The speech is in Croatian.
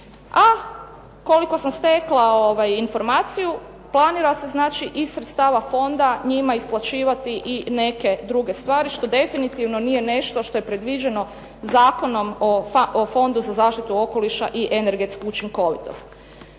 A koliko sam stekla informaciju planira se znači iz sredstava fonda njima isplaćivati i neke druge stvari, što definitivno nije nešto što je predviđeno Zakonom o Fondu za zaštitu okoliša i energetsku učinkovitost.